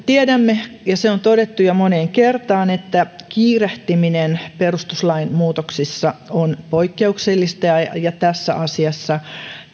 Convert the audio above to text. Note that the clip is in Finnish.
tiedämme ja se on todettu jo moneen kertaan että kiirehtiminen perustuslain muutoksissa on poikkeuksellista ja ja tässä asiassa